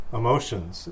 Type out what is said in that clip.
emotions